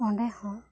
ᱚᱸᱰᱮ ᱦᱚᱸ